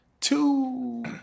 Two